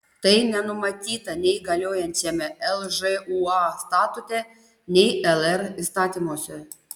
tai nenumatyta nei galiojančiame lžūa statute nei lr įstatymuose